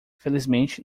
felizmente